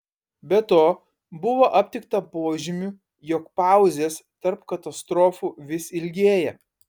be to buvo aptikta požymių jog pauzės tarp katastrofų vis ilgėja